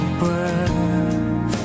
breath